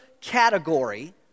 category